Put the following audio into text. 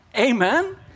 Amen